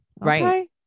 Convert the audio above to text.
right